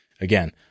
Again